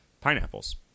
pineapples